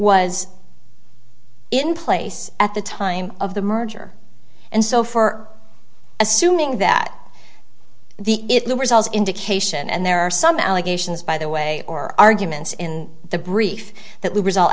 was in place at the time of the merger and so for assuming that the it will result indication and there are some allegations by the way or arguments in the brief that will result